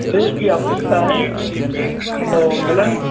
dress की आवश्यकता है और मिलन